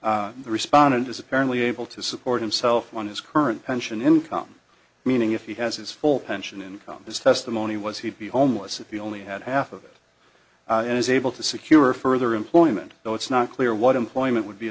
the respondent is apparently able to support himself on his current pension income meaning if he has his full pension income his testimony was he'd be homeless if you only had half of it and is able to secure further employment though it's not clear what employment would be